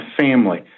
family